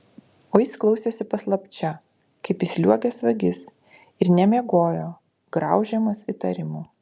o jis klausėsi paslapčia kaip įsliuogęs vagis ir nemiegojo graužiamas įtarimų